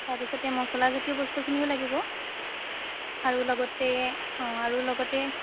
তাৰপিছতে মছলাজাতীয় বস্তুখিনিও লাগিব আৰু লগতে আৰু লগতে